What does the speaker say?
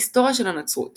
היסטוריה של הנצרות